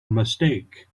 mistake